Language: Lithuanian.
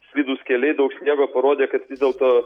slidūs keliai daug sniego parodė kad vis dėlto